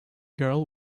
girl